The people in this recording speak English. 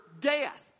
death